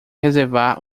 reservar